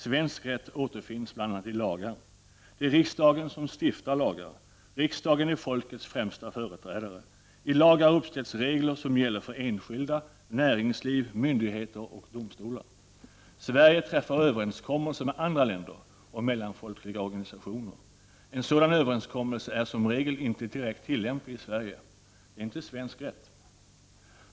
Svensk rätt återfinns bl.a. i lagar. Det är riks dagen som stiftar lag. Riksdagen är folkets främsta företrädare. I lagar uppställs regler som gäller för enskilda, näringsliv, myndigheter och domstolar. Sverige träffar överenskommelser med andra länder och mellanfolkliga organisationer. En sådan överenskommelse är som regel inte direkt tillämplig i Sverige. Den är inte svensk rätt.